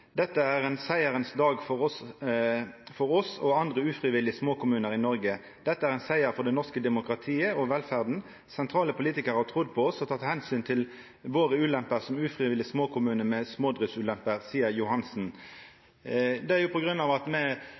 Dette er en seier for det norske demokratiet og velferden. Sentrale politikere har trodd på oss og tatt hensyn til våre ulemper som ufrivillig småkommune med smådriftsulemper.» Det er på grunn av at me flyttar pengar frå sentrale småkommunar som kan slå seg saman med